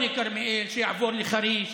חבר הכנסת טיבי, שיעברו לחריש,